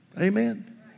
Amen